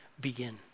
begin